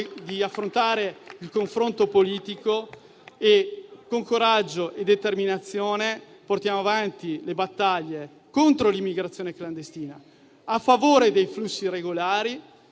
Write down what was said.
di affrontare il confronto politico e con coraggio e determinazione portiamo avanti le battaglie contro l'immigrazione clandestina e a favore dei flussi regolari,